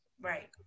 Right